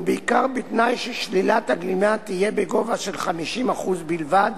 ובעיקר בתנאי ששלילת הגמלה תהיה בגובה 50% בלבד,